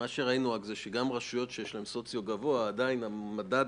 אני קיבלתי יופי של מתנה לבחירות, אבל בין 3%